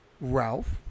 Ralph